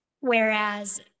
Whereas